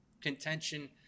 Contention